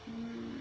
mm